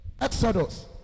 Exodus